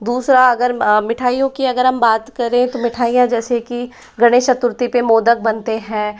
दूसरा अगर मिठाइयों की अगर हम बात करें तो मिठाइयाँ जैसे की गणेश चतुर्थी पे मोदक बनते हैं